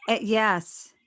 Yes